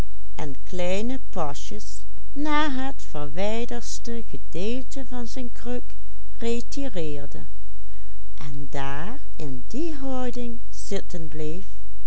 retireerde en daar in die houding zitten